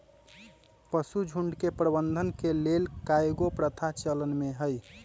पशुझुण्ड के प्रबंधन के लेल कएगो प्रथा चलन में हइ